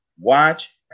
watch